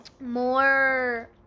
more